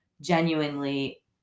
genuinely –